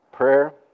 Prayer